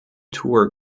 tour